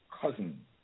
cousin